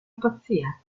pazzia